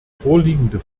vorliegende